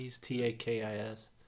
T-A-K-I-S